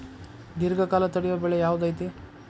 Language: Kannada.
ದೇರ್ಘಕಾಲ ತಡಿಯೋ ಬೆಳೆ ಯಾವ್ದು ಐತಿ?